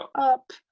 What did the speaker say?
up